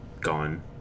gone